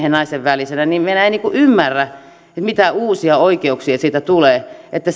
ja naisen välisenä niin minä en ymmärrä mitä uusia oikeuksia siitä tulee että